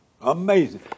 Amazing